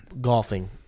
golfing